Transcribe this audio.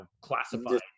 classified